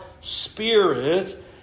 spirit